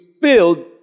filled